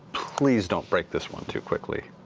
please don't break this one too quickly.